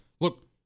Look